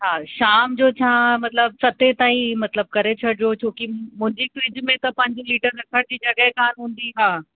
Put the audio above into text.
हा शाम जो छा मतलबु सतें ताईं मतलबु करे छॾिजो छो कि मुंहिंजी फ़्रिज में त पंज लीटर रखण जी जॻह कान हूंदी हा